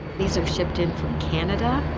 these are shipped in from canada.